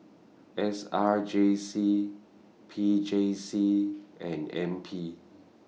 S R J C P J C and N P